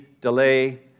delay